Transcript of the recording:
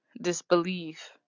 disbelief